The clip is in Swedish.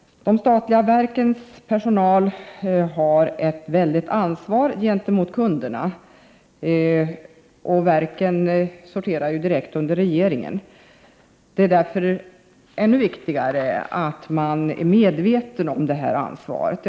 De statliga verkens personal har ett mycket stort ansvar gentemot kunderna. Verken sorterar direkt under regeringen. Det är därför ännu viktigare att man är medveten om ansvaret.